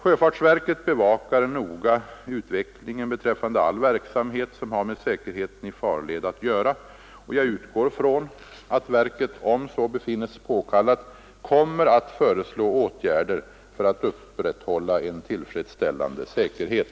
Sjöfartsverket bevakar noga utvecklingen beträffande all verksamhet som har med säkerheten i farled att göra, och jag utgår från att verket, om så befinnes påkallat, kommer att föreslå åtgärder för att upprätthålla en tillfredsställande säkerhet.